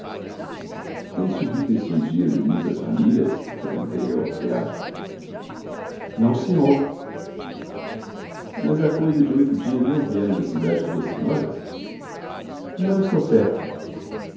têm subido estes dias muitas famílias perguntei eu ao criado não senhor mas há coisa de oito dias não vieram da cidade duas senhoras não estou certo